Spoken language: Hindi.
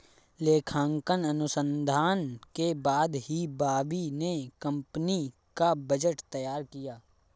लेखांकन अनुसंधान के बाद ही बॉबी ने कंपनी का बजट तैयार किया